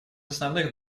основных